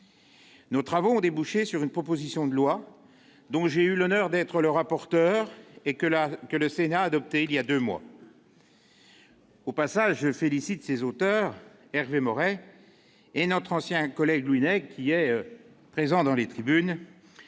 nos travaux ont débouché sur une proposition de loi, dont j'ai eu l'honneur d'être le rapporteur et que le Sénat a adoptée il y a deux mois. Je saisis cette occasion pour féliciter les auteurs de ce texte, Hervé Maurey et notre ancien collègue Louis Nègre, qui est présent dans les tribunes,